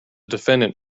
defendant